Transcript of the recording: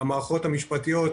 המערכות המשפטיות,